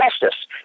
justice